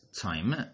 time